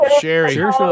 Sherry